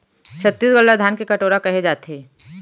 छत्तीसगढ़ ल धान के कटोरा कहे जाथे